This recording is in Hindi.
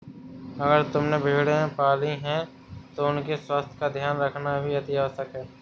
अगर तुमने भेड़ें पाली हैं तो उनके स्वास्थ्य का ध्यान रखना भी अतिआवश्यक है